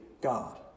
God